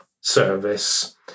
service